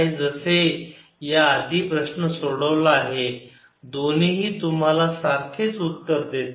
जसे या आधी प्रश्न सोडवला आहे दोन्हीही तुम्हाला सारखेच उत्तर देतात